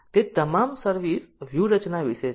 તે તમામ સર્વિસ વ્યૂહરચના વિશે છે